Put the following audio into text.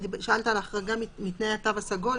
שאלת על החרגה מתנאי התו הסגול.